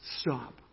Stop